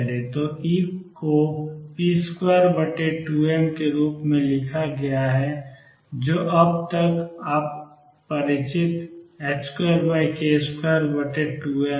तो E को p22m के रूप में दिया गया है जो अब तक आपका परिचित 2k22m है